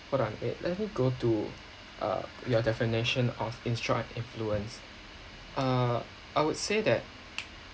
hold on eh let me go to uh your definition of instruct and influence uh I would say that